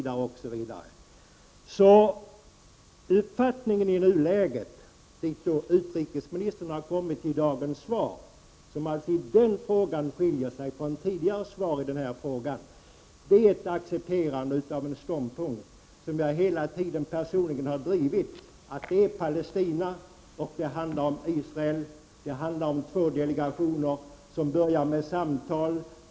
Den uppfattning som utrikesministern kommit fram till i nuläget och redovisat i dagens svar, som skiljer sig från tidigare svar i denna fråga, år ett accepterande av en ståndpunkt som jag hela tiden personligen har drivit: Det är fråga om två delegationer, en från Palestina och en från Israel, som skall börja samtala.